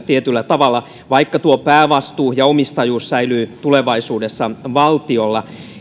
tietyllä tavalla vaikka päävastuu ja omistajuus säilyvät tulevaisuudessa valtiolla